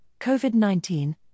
COVID-19